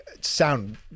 sound